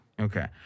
Okay